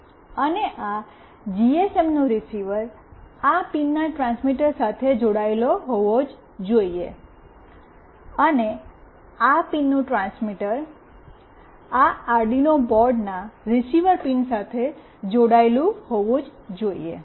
અને આ જીએસએમનો રીસીવર આ પિનના ટ્રાન્સમીટર સાથે જોડાયેલ હોવો જ જોઇએ અને આ પિનનું ટ્રાન્સમીટર આ અરડિનો બોર્ડના રીસીવર પિન સાથે જોડાયેલ હોવું જ જોઈએ